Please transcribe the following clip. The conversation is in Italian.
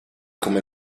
come